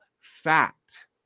fact